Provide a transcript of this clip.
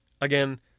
Again